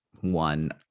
one